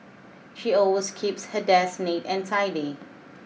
she always keeps her desk neat and tidy